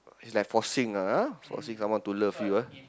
it's like forcing ah ah forcing someone to love you ah